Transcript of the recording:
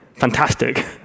Fantastic